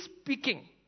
speaking